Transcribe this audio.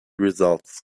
results